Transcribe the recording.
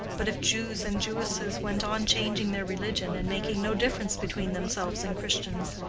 but if jews and jewesses went on changing their religion, and making no difference between themselves and christians,